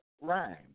Rhyme